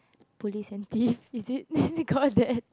police and thief is it is it called that